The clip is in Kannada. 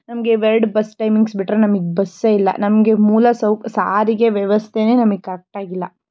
ನಮಗೆ ಇವೆರಡು ಬಸ್ ಟೈಮಿಂಗ್ಸ್ ಬಿಟ್ಟರೆ ನಮಗ್ ಬಸ್ಸೇ ಇಲ್ಲ ನಮಗೆ ಮೂಲ ಸೌ ಸಾರಿಗೆ ವ್ಯವಸ್ಥೆಯೇ ನಮಗ್ ಕರೆಕ್ಟಾಗಿಲ್ಲ